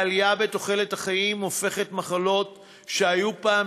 העלייה בתוחלת החיים הופכת מחלות שהיו פעם